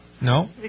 No